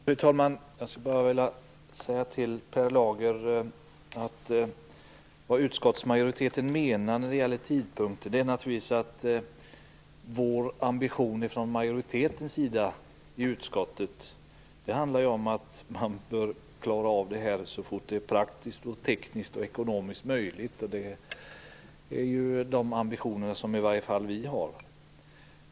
Fru talman! Jag skulle bara vilja säga till Per Lager att vad utskottsmajoriteten menar när det gäller tidpunkten naturligtvis är att vår ambition är att man bör klara av det här så snart det är praktiskt, tekniskt och ekonomiskt möjligt. Det är ju de ambitioner som i varje fall vi har.